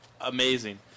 amazing